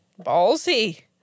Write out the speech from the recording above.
Ballsy